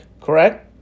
Correct